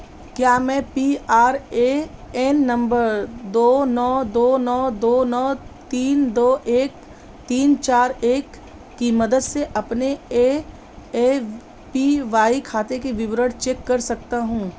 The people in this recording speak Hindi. क्या मैं P R A N number दो नौ दो नौ दो नौ तीन दो एक तीन चार एक की मदद से अपने ए ए पी वाई खाते के विवरण चेक कर सकता हूँ